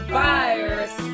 virus